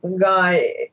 guy